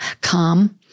Calm